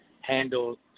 handle